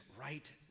right